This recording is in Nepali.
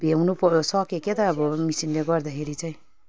भ्याउनु प सकेँ के त अब मेसिनले गर्दाखेरि चाहिँ